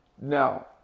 Now